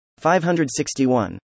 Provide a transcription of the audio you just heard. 561